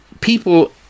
people